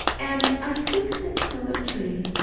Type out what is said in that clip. and i think that poetry,